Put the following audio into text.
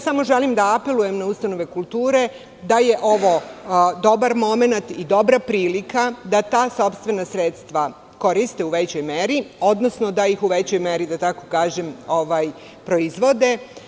Samo želim da apelujem na ustanove kulture da je ovo dobar momenat i dobra prilika da ta sopstvena sredstva koriste u većoj meri, odnosno da ih u većoj meri proizvode.